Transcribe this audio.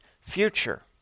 future